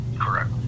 Correct